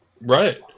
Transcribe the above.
right